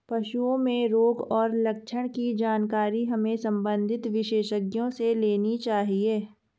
पशुओं में रोग और लक्षण की जानकारी हमें संबंधित विशेषज्ञों से लेनी चाहिए